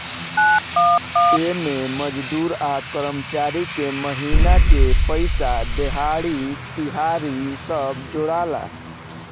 एमे मजदूर आ कर्मचारी के महिना के पइसा, देहाड़ी, तिहारी सब जोड़ाला